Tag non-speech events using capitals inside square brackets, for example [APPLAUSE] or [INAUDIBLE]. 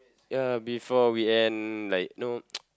ya before we end like you know [NOISE]